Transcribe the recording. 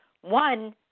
One